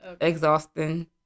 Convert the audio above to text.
exhausting